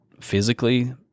physically